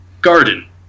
Garden